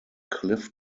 cliff